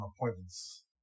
appointments